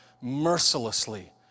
mercilessly